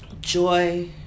joy